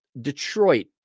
Detroit